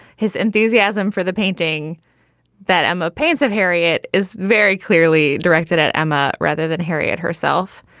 his enthusiasm for the painting that emma paints of harriet is very clearly directed at emma rather than harriet herself.